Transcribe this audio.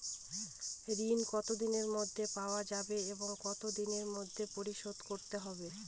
ঋণ কতদিনের মধ্যে পাওয়া যাবে এবং কত দিনের মধ্যে পরিশোধ করতে হবে?